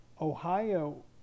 Ohio